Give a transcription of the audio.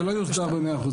זה לא יוסדר במאה אחוז,